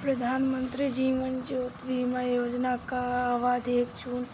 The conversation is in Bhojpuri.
प्रधानमंत्री जीवन ज्योति बीमा योजना कअ अवधि एक जून